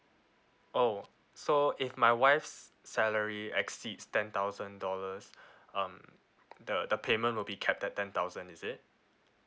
oh so if my wife's salary exceeds ten thousand dollars um the the payment will be cap at ten thousand is it